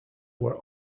were